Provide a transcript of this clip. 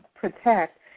protect